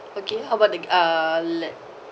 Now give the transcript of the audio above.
okay how about the uh let